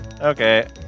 Okay